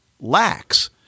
lacks